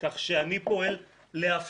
כדי שייעץ לי בעניין הזה ולשמחתי ראינו תוצאות בשטח,